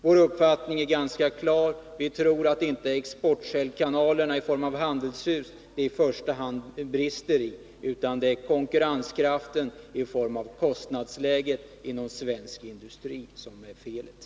Vår uppfattning är ganska klar: Vi tror att det inte i första hand är i exportsäljkanalerna i form av handelshus det brister. Det är konkurrenskraften i form av kostnadsläget inom svensk industri som brister.